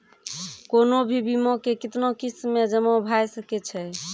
कोनो भी बीमा के कितना किस्त मे जमा भाय सके छै?